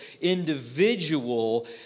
individual